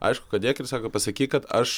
aišku kad dėk ir sako pasakyk kad aš